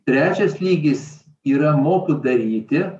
trečias lygis yra moku daryti